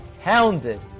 hounded